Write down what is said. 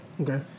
Okay